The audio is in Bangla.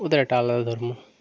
ওদের একটা আলাদা ধর্ম